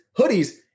hoodies